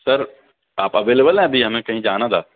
سر آپ اویلیبل ہیں ابھی ہمیں کہیں جانا تھا